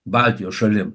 baltijos šalim